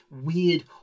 weird